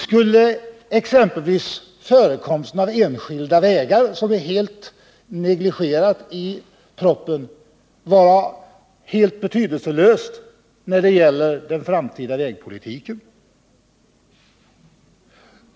Skulle exempelvis frågan om förekomsten av enskilda vägar, som är helt negligerad i propositionen, vara helt betydelselös när det gäller den framtida vägpolitiken?